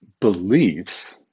beliefs